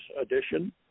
edition